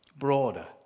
broader